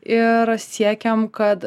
ir siekiam kad